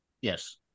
Yes